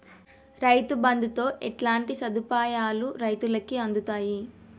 రైతు బంధుతో ఎట్లాంటి సదుపాయాలు రైతులకి అందుతయి?